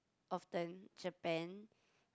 often Japan